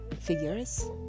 figures